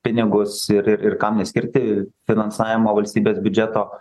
pinigus ir ir kam neskirti finansavimo valstybės biudžeto